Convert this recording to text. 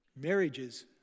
Marriages